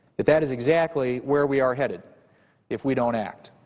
that is exactly where we are headed if we don't act.